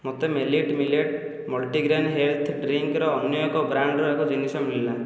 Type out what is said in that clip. ମୋତେ millet millet multigrain health ଡ୍ରିଙ୍କର ଅନ୍ୟ ଏକ ବ୍ରାଣ୍ଡର ଏକ ଜିନିଷ ମିଳିଲା